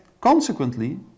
consequently